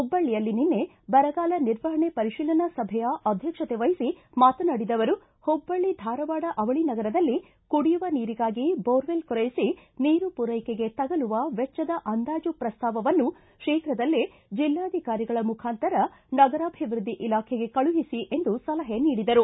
ಹುಬ್ಬಳ್ಳಿಯಲ್ಲಿ ನಿನ್ನೆ ಬರಗಾಲ ನಿರ್ವಹಣೆ ಪರಿಶೀಲನಾ ಸಭೆಯ ಅಧ್ಯಕ್ಷತೆ ವಹಿಸಿ ಮಾತನಾಡಿದ ಅವರು ಹುಬ್ಬಳ್ಳಿ ಧಾರವಾಡ ಅವಳಿ ನಗರದಲ್ಲಿ ಕುಡಿಯುವ ನೀರಿಗಾಗಿ ಬೋರ್ವೆಲ್ ಕೊರಿಯಿಸಿ ನೀರು ಪೂರೈಕೆಗೆ ತಗಲುವ ವೆಚ್ಚದ ಅಂದಾಜು ಪ್ರಸ್ತಾವವನ್ನು ಶೀಘ್ರದಲ್ಲೇ ಜಿಲ್ಲಾಧಿಕಾರಿಗಳ ಮುಖಾಂತರ ನಗರಾಭಿವೃದ್ದಿ ಇಲಾಖೆಗೆ ಕಳುಹಿಸಿ ಎಂದು ಸಲಹೆ ನೀಡಿದರು